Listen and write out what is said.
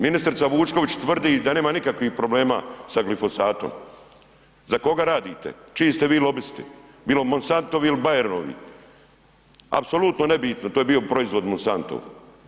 Ministrica Vučković tvrdi da nema nikakvih problema sa glifosatom, za koga radite, čiji ste vi lobisti, bilo Monsantovi ili Bayernovi, apsolutno nebitno, to je bio proizvod Monsantov.